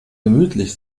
gemütlich